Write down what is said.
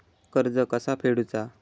कर्ज कसा फेडुचा?